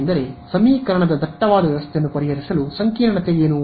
ಏಕೆಂದರೆ ಸಮೀಕರಣದ ದಟ್ಟವಾದ ವ್ಯವಸ್ಥೆಯನ್ನು ಪರಿಹರಿಸಲು ಸಂಕೀರ್ಣತೆ ಏನು